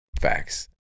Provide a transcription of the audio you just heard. facts